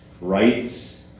rights